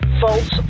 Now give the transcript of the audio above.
false